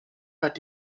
hat